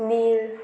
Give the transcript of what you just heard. नील